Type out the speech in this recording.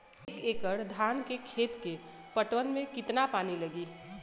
एक एकड़ धान के खेत के पटवन मे कितना पानी लागि?